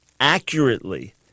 accurately